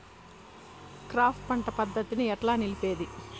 Crop పంట పద్ధతిని ఎట్లా నిలిపేది?